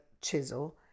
chisel